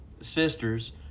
sisters